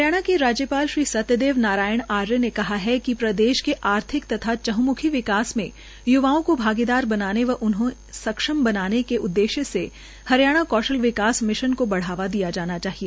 हरियाणा के राज्यपाल श्री सत्यदेव नारायण आर्य ने कहा कि प्रदेश के आर्थिक तथा चहमंखी विकास में युवाओं को भागीदार बनाने व उन्हें सक्षम बनाने के उद्देश्य से हरियाणा कौशल विकास मिशन को बढ़ावा दिया जाना चाहिए